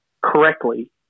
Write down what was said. correctly